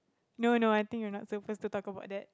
no no no I think we are not supposed to talk about that